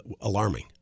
alarming